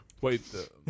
wait